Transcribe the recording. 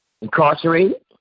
Incarcerated